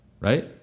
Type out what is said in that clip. right